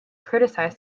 criticized